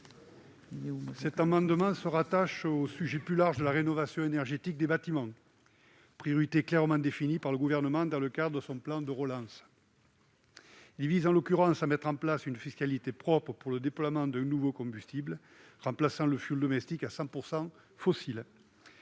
cet amendement se rattache au sujet plus large de la rénovation énergétique des bâtiments, priorité clairement définie par le Gouvernement dans le cadre de son plan de relance. Il s'agit en l'occurrence de mettre en place une fiscalité propre pour le déploiement d'un nouveau combustible, remplaçant le fioul domestique 100 % fossile,